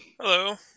Hello